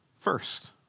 first